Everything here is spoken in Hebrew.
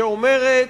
שאומרת: